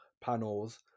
panels